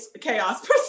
chaos